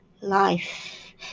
life